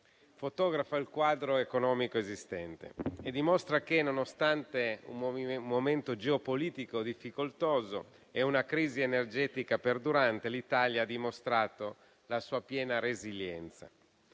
fotografa il quadro economico esistente e dimostra che, nonostante un momento geopolitico difficoltoso e una crisi energetica perdurante, l'Italia ha dimostrato la sua piena resilienza.